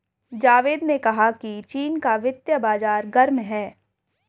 जावेद ने कहा कि चीन का वित्तीय बाजार गर्म है